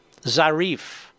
Zarif